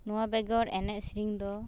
ᱱᱚᱣᱟ ᱵᱮᱜᱚᱨ ᱮᱱᱮᱡ ᱥᱮᱨᱮᱧ ᱫᱚ